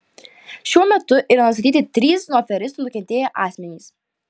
šiuo metu yra nustatyti trys nuo aferistų nukentėję asmenys